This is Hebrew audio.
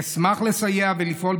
אשמח לסייע ולפעול,